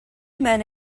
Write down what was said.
men